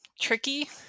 tricky